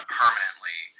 permanently